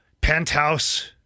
penthouse